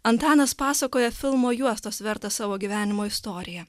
antanas pasakoja filmo juostos vertą savo gyvenimo istoriją